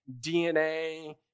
DNA